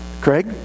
Craig